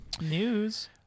News